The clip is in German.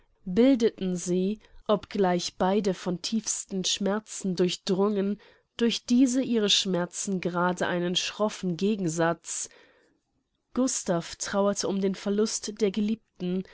bildeten sie obgleich beide von tiefsten schmerzen durchdrungen durch diese ihre schmerzen gerade einen schroffen gegensatz gustav trauerte um den verlust der geliebten